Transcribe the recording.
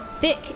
Thick